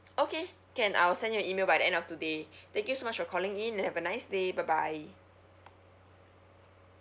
okay can I'll send you an email by the end of today thank you so much for calling in and have a nice day bye bye